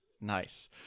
Nice